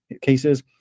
cases